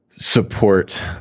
support